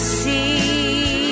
see